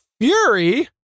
Fury